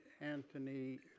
Anthony